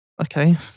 Okay